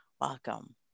welcome